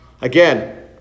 Again